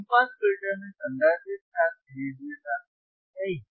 कम pass filter में संधारित्र साथ सीरीज में था सही